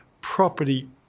property